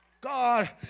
God